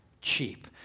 cheap